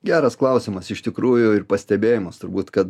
geras klausimas iš tikrųjų ir pastebėjimas turbūt kad